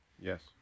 Yes